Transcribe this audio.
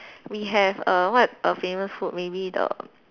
we have err what err famous food maybe the